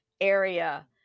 area